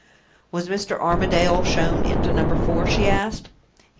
was mr. armadale shown into number four? she asked.